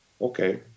okay